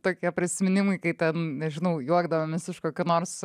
tokie prisiminimai kaip ten nežinau juokdavomės iš kokio nors